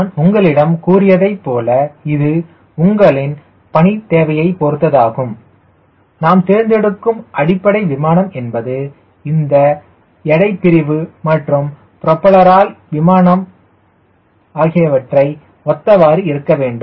நான் உங்களிடம் கூறியது போல இது உங்களின் பணி தேவையை பொருத்ததாகும் நாம் தேர்ந்தெடுக்கும் அடிப்படை விமானம் என்பது இந்த எடை பிரிவு மற்றும் ப்ரொபல்லரால் விமானம் ஆகியவற்றை ஒத்தவாறு இருக்க வேண்டும்